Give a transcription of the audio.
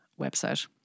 website